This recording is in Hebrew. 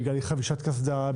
בגלל אי חבישת קסדה,